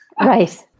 Right